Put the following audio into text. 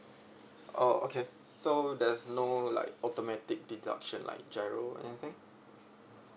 oh okay so there's no like automatic deduction like GIRO anything